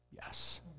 Yes